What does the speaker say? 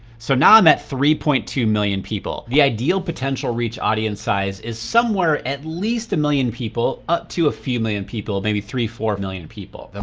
so, now i'm at three point two million people. the ideal potential reach audience size is somewhere, at least a million people, up to a few million people, maybe three, four million people. and